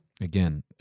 Again